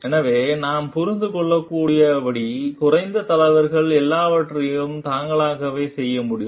எனவே நாம் புரிந்து கொள்ளக்கூடியபடி குறைந்த தலைவர்கள் எல்லாவற்றையும் தாங்களாகவே செய்ய முடியும்